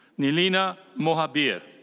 nilina mohabir.